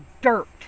dirt